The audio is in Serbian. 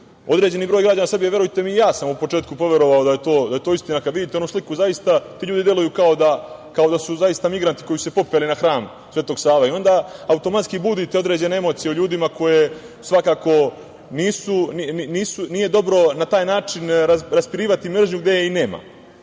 određeni broj građana Srbije poveruje. Verujte mi i ja sam u početku poverovao da je to istina. Kada vidite onu sliku, zaista ti ljudi deluju kao da su zaista migranti koji su se popeli na Hram Sv. Save i onda automatski budite određene emocije u ljudima. Nije dobro na taj način raspirivati mržnju gde je i nema. Još